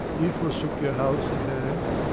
you forsook your house and home?